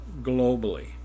globally